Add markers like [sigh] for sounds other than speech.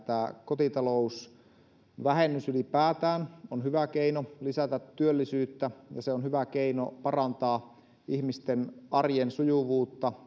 kotitalousvähennys ylipäätään on hyvä keino lisätä työllisyyttä ja se on hyvä keino parantaa ihmisten arjen sujuvuutta [unintelligible]